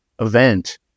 event